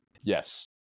Yes